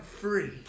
free